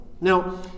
Now